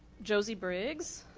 josie briggs.